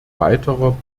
weiterer